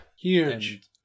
Huge